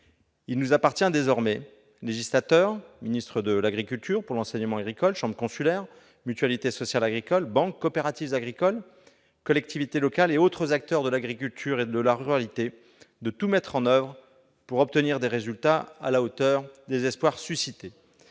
Il nous appartient désormais, législateur, ministre de l'agriculture- pour l'enseignement agricole -, chambres consulaires, mutualité sociale agricole, banques, coopératives agricoles, collectivités locales et autres acteurs de l'agriculture et de la ruralité de tout mettre en oeuvre pour obtenir des résultats à la hauteur des espoirs suscités.